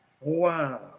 Wow